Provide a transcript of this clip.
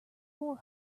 four